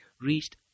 reached